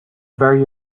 very